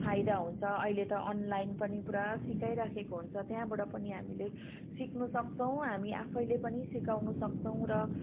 फाइदा हुन्छ अहिले त अनलाइन पनि पुरा सिकाइरहेको हुन्छ त्यहाँबाट पनि हामीले सिक्नसक्छौँ हामी आफैले पनि सिकाउनसक्छौँ र